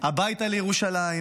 הביתה לירושלים.